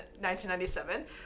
1997